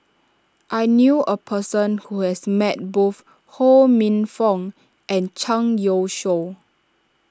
I knew a person who has met both Ho Minfong and Zhang Youshuo